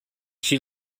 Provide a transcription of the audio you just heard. she